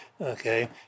Okay